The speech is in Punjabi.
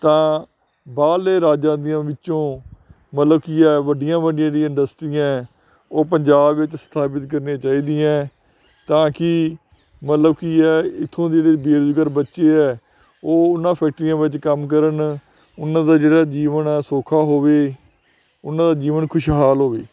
ਤਾਂ ਬਾਹਰਲੇ ਰਾਜਾਂ ਦੇ ਵਿੱਚੋਂ ਮਤਲਬ ਕੀ ਹੈ ਵੱਡੀਆਂ ਵੱਡੀਆਂ ਇੰਡਸਟਰੀਆਂ ਉਹ ਪੰਜਾਬ ਵਿੱਚ ਸਥਾਪਿਤ ਕਰਨੀਆਂ ਚਾਹੀਦੀਆਂ ਤਾਂ ਕਿ ਮਤਲਬ ਕੀ ਹੈ ਇੱਥੋਂ ਦੀ ਜਿਹੜੇ ਬੇਰੁਜ਼ਗਾਰ ਬੱਚੇ ਹੈ ਉਹ ਉਹਨਾਂ ਫੈਕਟਰੀਆਂ ਵਿੱਚ ਕੰਮ ਕਰਨ ਉਹਨਾਂ ਦਾ ਜਿਹੜਾ ਜੀਵਨ ਆ ਸੌਖਾ ਹੋਵੇ ਉਹਨਾਂ ਜੀਵਨ ਖੁਸ਼ਹਾਲ ਹੋਵੇ